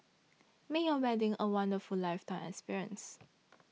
make your wedding a wonderful lifetime experience